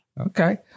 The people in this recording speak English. okay